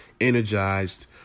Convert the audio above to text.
energized